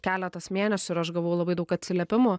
keletas mėnesių ir aš gavau labai daug atsiliepimų